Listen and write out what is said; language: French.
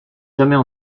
jamais